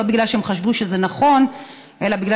לא בגלל שהם חשבו שזה נכון אלא בגלל